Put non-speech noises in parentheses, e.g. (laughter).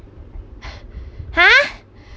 (breath) ha